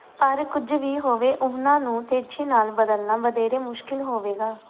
ਪਰ ਕੁਝ ਵੀ ਹੋਵੇ ਉਹਨਾਂ ਨੂੰ ਤੇਜ਼ੀ ਨਾਲ ਬਦਲਣਾ ਵਧੇਰੇ ਮੁਸ਼ਕਿਲ ਹੋਵੇਗਾ